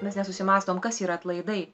mes nesusimąstom kas yra atlaidai